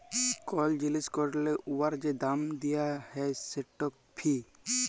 call জিলিস ক্যরলে উয়ার যে দাম দিয়া হ্যয় সেট ফি